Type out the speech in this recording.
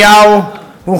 גברתי